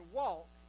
walk